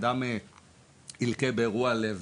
אדם ילקה באירוע לב